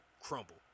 crumble